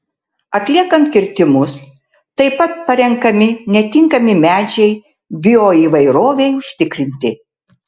atliekant kirtimus taip pat parenkami netinkami medžiai bioįvairovei užtikrinti